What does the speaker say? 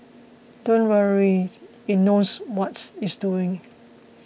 don't worry it knows what's it's doing